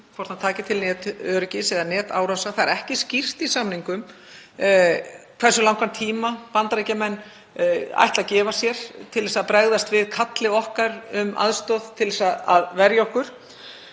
hann taki til netöryggis eða netárása. Það er ekki skýrt í samningum hversu langan tíma Bandaríkjamenn ætla að gefa sér til að bregðast við kalli okkar um aðstoð til þess að verja okkur.